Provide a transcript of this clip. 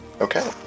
Okay